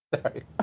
Sorry